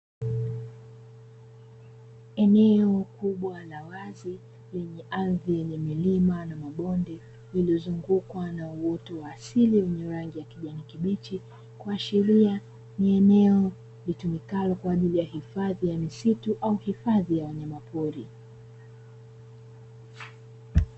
Eneo kubwa la wazi, lenye ardhi yenye milima na mabonde, lililozungukwa na uoto wa asili wenye rangi ya kijani kibichi, kuashiria ni eneo litumikalo kwa ajili ya hifadhi ya misitu au hifadhi ya wanyama pori.